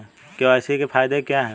KYC के फायदे क्या है?